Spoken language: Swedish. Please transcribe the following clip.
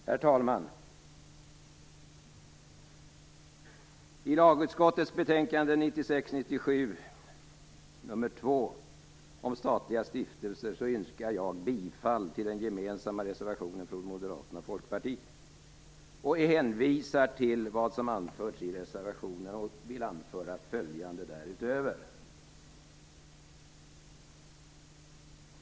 Herr talman! I lagutskottets betänkande 1996/97:LU2 om statliga stiftelser yrkar jag bifall till den gemensamma reservationen från Moderaterna och Folkpartiet. Jag hänvisar till vad som anförts i reservationen, och jag vill därutöver anföra följande.